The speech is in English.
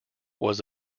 was